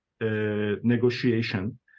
negotiation